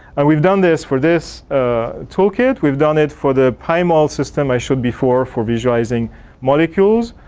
and we've done this for this tool kit. we've done it for the primal system i showed before for visualizing molecules.